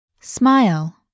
smile